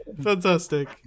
Fantastic